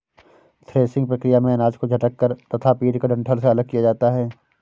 threshing प्रक्रिया में अनाज को झटक कर तथा पीटकर डंठल से अलग किया जाता है